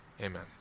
Amen